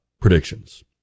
predictions